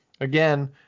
again